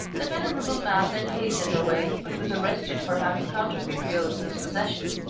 the venerable man then hastened away, but was arrested for having counterfeit bills in his possession,